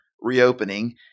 reopening